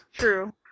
true